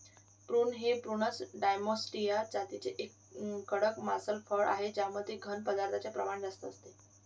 prune हे Prunus domestica जातीचे एक कडक मांसल फळ आहे ज्यामध्ये घन पदार्थांचे प्रमाण जास्त असते